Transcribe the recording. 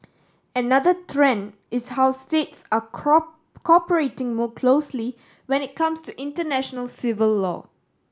another trend is how states are cooperating more closely when it comes to international civil law